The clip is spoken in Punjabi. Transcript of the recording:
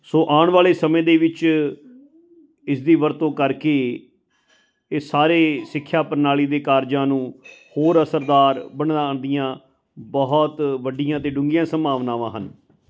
ਸੋ ਆਉਣ ਵਾਲੇ ਸਮੇਂ ਦੇ ਵਿੱਚ ਇਸ ਦੀ ਵਰਤੋਂ ਕਰਕੇ ਇਹ ਸਾਰੇ ਸਿੱਖਿਆ ਪ੍ਰਣਾਲੀ ਦੇ ਕਾਰਜਾਂ ਨੂੰ ਹੋਰ ਅਸਰਦਾਰ ਬਣਾਉਣ ਦੀਆਂ ਬਹੁਤ ਵੱਡੀਆਂ ਅਤੇ ਡੂੰਘੀਆਂ ਸੰਭਾਵਨਾਵਾਂ ਹਨ